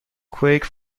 quake